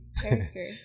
character